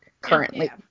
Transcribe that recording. currently